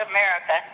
America